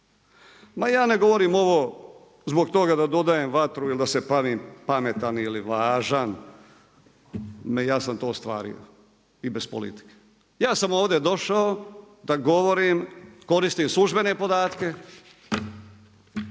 Ma ja ne govorim ovo zbog toga da dodajem vatru ili da se pravim pametan ili važan, ja sam to ostvario i bez politike. Ja sam ovdje došao da govorim, koristim službene podatke,